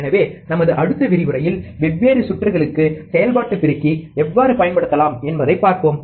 எனவே நமது அடுத்த விரிவுரையில் வெவ்வேறு சுற்றுகளுக்கு செயல்பாட்டு பெருக்கி எவ்வாறு பயன்படுத்தலாம் என்பதைப் பார்ப்போம்